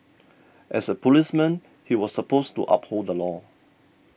as a policeman he was supposed to uphold the law